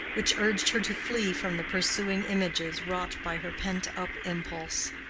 which urged her to flee from the pursuing images wrought by her pent-up impulse.